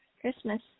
Christmas